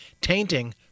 tainting